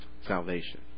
salvation